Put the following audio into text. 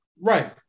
Right